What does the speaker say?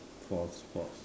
for sports